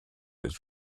its